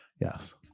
Yes